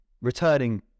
Returning